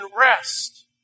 rest